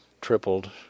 tripled